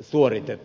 suoritetaan